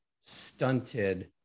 stunted